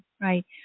right